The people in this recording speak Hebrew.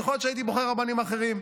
יכול להיות שהייתי בוחר רבנים אחרים.